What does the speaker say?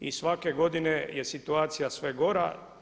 I svake godine je situacija sve gora.